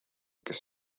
kes